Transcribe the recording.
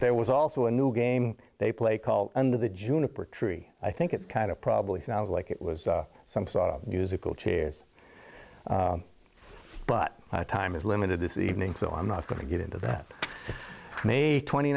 there was also a new game they play called under the juniper tree i think it kind of probably sounds like it was some sort of musical chairs but my time is limited this evening so i'm not going to get into that may twenty